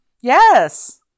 Yes